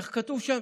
איך כתוב שם?